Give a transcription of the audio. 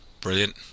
Brilliant